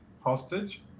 hostage